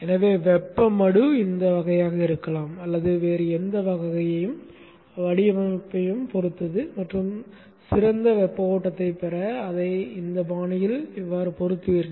எனவே வெப்ப மடு இந்த வகையாக இருக்கலாம் அல்லது வேறு எந்த வகையும் வடிவமைப்பைப் பொறுத்தது மற்றும் சிறந்த வெப்ப ஓட்டத்தைப் பெற அதை இந்த பாணியில் பொறுத்துகிறீர்கள்